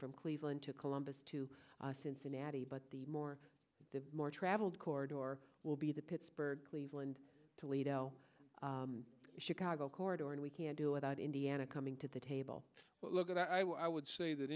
from cleveland to columbus to cincinnati but the more the more traveled chord or will be the pittsburgh cleveland toledo chicago corridor and we can do without indiana coming to the table but look at i would say that